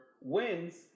wins